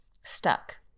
stuck